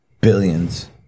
Billions